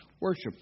worship